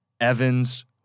Evans